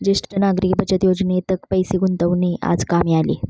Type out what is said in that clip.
ज्येष्ठ नागरिक बचत योजनेत पैसे गुंतवणे आज कामी आले